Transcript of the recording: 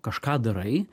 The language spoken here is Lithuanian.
kažką darai